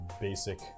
basic